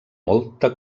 molta